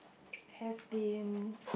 has been